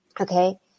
Okay